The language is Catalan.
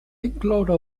incloure